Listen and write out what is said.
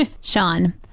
Sean